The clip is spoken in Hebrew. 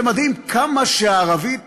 זה מדהים כמה שהערבית